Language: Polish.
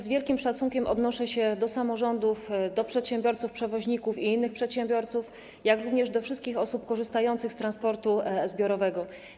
Z wielkim szacunkiem odnoszę się do samorządów, przedsiębiorców-przewoźników i innych przedsiębiorców, jak również do wszystkich osób korzystających z transportu zbiorowego.